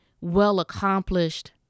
well-accomplished